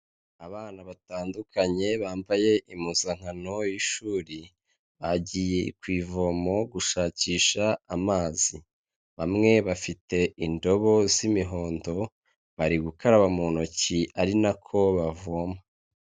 Abana batandukanye bambaye impuzankano y'ishuri bagiye ku ivomo gushakisha amazi, bamwe bafite indobo z'imihondo bari gukaraba mu ntoki ari nako bavoma.